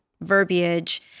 verbiage